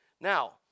Now